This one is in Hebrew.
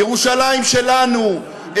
ירושלים שלנו,